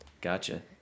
Gotcha